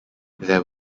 there